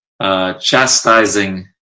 Chastising